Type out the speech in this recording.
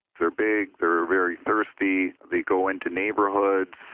they're big, they're very thirsty, they go into neighborhoods,